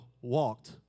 walked